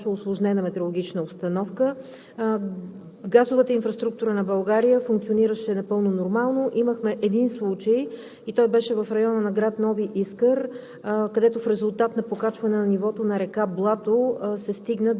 Това, което мога да кажа, е, че в рамките на тези няколко дни, когато се наблюдаваше усложнена метеорологична обстановка, газовата инфраструктура на България функционираше напълно нормално. Имахме един случай в района на град Нови Искър,